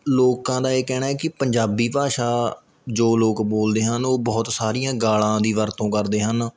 ਲੋਕਾਂ ਦਾ ਇਹ ਕਹਿਣਾ ਏ ਕਿ ਪੰਜਾਬੀ ਭਾਸ਼ਾ ਜੋ ਲੋਕ ਬੋਲਦੇ ਹਨ ਉਹ ਬਹੁਤ ਸਾਰੀਆਂ ਗਾਲ਼ਾਂ ਦੀ ਵਰਤੋਂ ਕਰਦੇ ਹਨ